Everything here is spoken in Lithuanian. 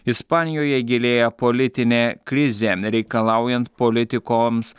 ispanijoje gilėja politinė krizė reikalaujant politikoms